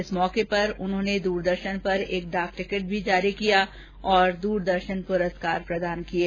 इस मौके पर उन्होंने दूरदर्शन पर एक डाक टिकट भी जारी किया और दूरदर्शन पुरस्कार भी प्रदान किये